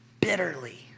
bitterly